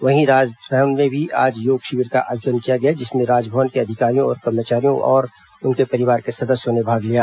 वहीं राजभवन में भी आज योग शिविर का आयोजन किया गया जिसमें राजभवन के अधिकारियों कर्मचारियों और उनके परिवार के सदस्यों ने भाग लिया